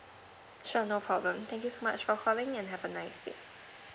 sure no problem thank you so much for calling and have a nice day